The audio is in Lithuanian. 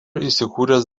įsikūręs